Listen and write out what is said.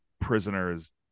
prisoners